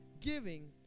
giving